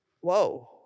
whoa